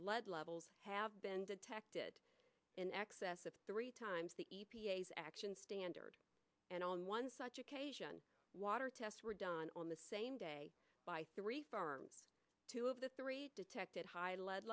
levels have been detected in excess of three times the e p a s action standard and on one such occasion water tests were done on the same day by three farms two of the three detected high